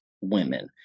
women